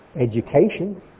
education